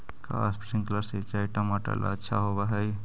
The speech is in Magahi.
का स्प्रिंकलर सिंचाई टमाटर ला अच्छा होव हई?